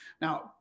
Now